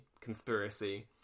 conspiracy